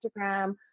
Instagram